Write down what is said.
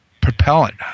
propellant